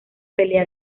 pelea